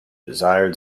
desired